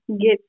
get